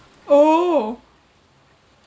oh